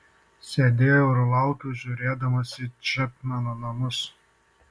sėdėjau ir laukiau žiūrėdamas į čepmeno namus